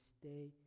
stay